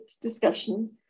discussion